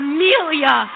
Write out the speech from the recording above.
Amelia